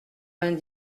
vingt